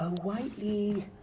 whitely?